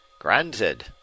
Granted